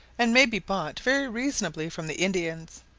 and may be bought very reasonably from the indians.